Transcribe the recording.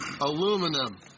Aluminum